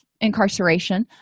incarceration